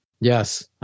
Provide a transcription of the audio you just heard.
yes